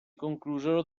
conclusero